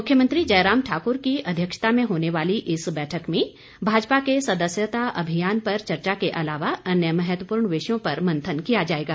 मुख्यमंत्री जयराम ठाक्र की अध्यक्षता में होने वाली इस बैठक में भाजपा के सदस्यता अभियान पर चर्चा के अलावा अन्य महत्वपूर्ण विषयों पर मंथन किया जाएगा